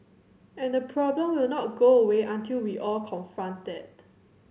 and the problem will not go away until we all confront that